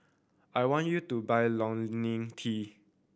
I want you to buy Ionil T